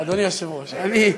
אדוני היושב-ראש, אני,